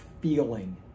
feeling